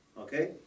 okay